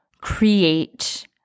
create